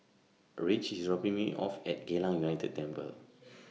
Ridge IS dropping Me off At Geylang United Temple